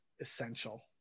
essential